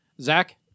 Zach